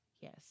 yes